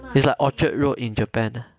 it's like orchard road in japan